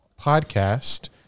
podcast